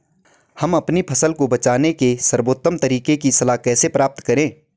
हम अपनी फसल को बचाने के सर्वोत्तम तरीके की सलाह कैसे प्राप्त करें?